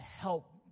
help